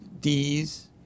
D's